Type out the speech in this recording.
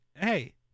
hey